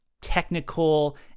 technical